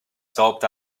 stopped